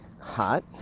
hot